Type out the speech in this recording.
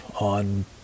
on